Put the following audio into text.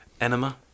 Enema